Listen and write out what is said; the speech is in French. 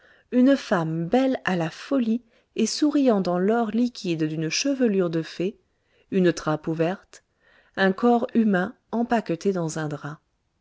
une femme belle à la folie et souriant dans l'or liquide d'une chevelure de fée une trappe ouverte un corps humain empaqueté dans un drap